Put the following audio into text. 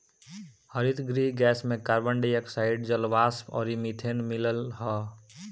हरितगृह गैस में कार्बन डाई ऑक्साइड, जलवाष्प अउरी मीथेन मिलल हअ